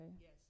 Yes